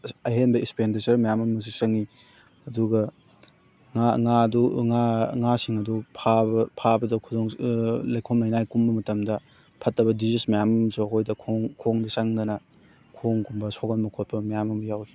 ꯑꯍꯦꯟꯕ ꯑꯦꯛꯁꯄꯦꯟꯗꯤꯆꯔ ꯃꯌꯥꯝ ꯑꯃꯁꯨ ꯆꯪꯉꯤ ꯑꯗꯨꯒ ꯉꯥ ꯉꯥ ꯑꯗꯨ ꯉꯥ ꯉꯥꯁꯤꯡ ꯑꯗꯨ ꯐꯥꯕ ꯐꯥꯕꯗ ꯈꯨꯗꯣꯡ ꯂꯩꯈꯣꯝ ꯂꯩꯅꯥꯏ ꯀꯨꯝꯕ ꯃꯇꯝꯗ ꯐꯠꯇꯕ ꯗꯤꯁꯤꯖ ꯃꯌꯥꯝ ꯑꯃꯁꯨ ꯑꯩꯈꯣꯏꯗ ꯈꯣꯡ ꯈꯣꯡꯗ ꯆꯪꯗꯅ ꯈꯣꯡꯒꯨꯝꯕ ꯁꯣꯛꯍꯟꯕ ꯈꯣꯠꯄ ꯃꯌꯥꯝ ꯑꯃ ꯌꯥꯎꯋꯤ